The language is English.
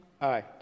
Aye